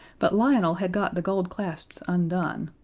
but lionel had got the gold clasps undone,